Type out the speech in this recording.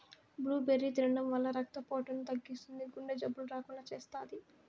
blueberry తినడం వల్ల రక్త పోటును తగ్గిస్తుంది, గుండె జబ్బులు రాకుండా చేస్తాది